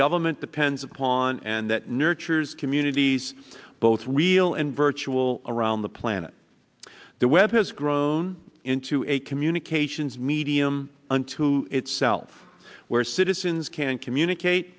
government depends upon and that nurtures communities both real and virtual around the planet the web has grown into a communications medium unto itself where citizens can communicate